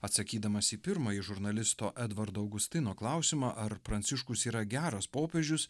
atsakydamas į pirmąjį žurnalisto edvardo augustino klausimą ar pranciškus yra geras popiežius